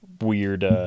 weird